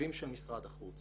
תקציבים של משרד החוץ